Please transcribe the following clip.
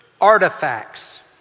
Artifacts